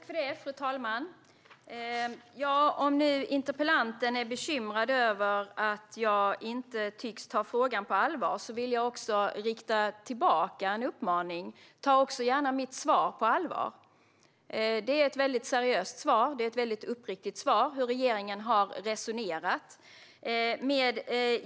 Fru talman! Om interpellanten är bekymrad över att jag inte tycks ta frågan på allvar vill jag rikta en uppmaning tillbaka till honom: Ta också gärna mitt svar på allvar! Det är ett mycket seriöst och uppriktigt svar om hur regeringen har resonerat.